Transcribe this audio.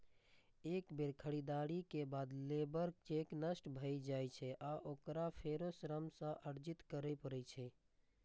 एक बेर खरीदारी के बाद लेबर चेक नष्ट भए जाइ छै आ ओकरा फेरो श्रम सँ अर्जित करै पड़ै छै